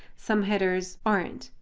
some headers aren't?